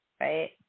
right